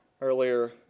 earlier